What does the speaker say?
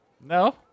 No